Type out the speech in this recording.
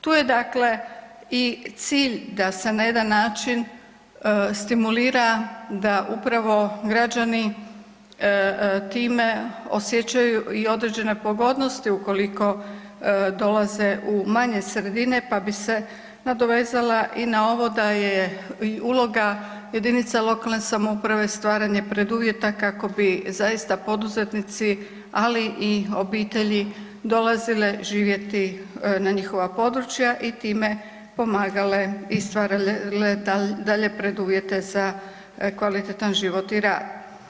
Tu je dakle i cilj da se na jedan način stimulira da upravo građani time osjećaju i određene pogodnosti ukoliko dolaze u manje sredine pa bi se nadovezala i na ovo da je i uloga jedinica lokalne samouprave stvaranje preduvjeta kako bi zaista poduzetnici, ali i obitelji dolazile živjeti na njihova područja i time pomagale i stvarale dalje preduvjete za kvalitetan život i rad.